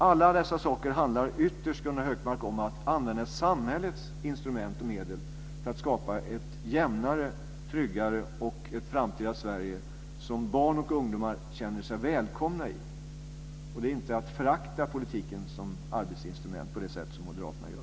Allt detta handlar ytterst, Gunnar Hökmark, om att använda samhällets instrument och medel för att skapa ett jämnare och tryggare framtida Sverige, som barn och ungdomar känner sig välkomna i. Det är inte att förakta politiken som arbetsinstrument på det sätt som moderaterna gör.